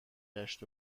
گشت